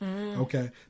okay